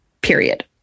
Period